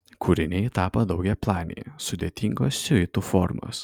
kūriniai tapo daugiaplaniai sudėtingos siuitų formos